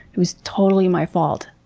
it was totally my fault.